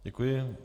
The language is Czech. Děkuji.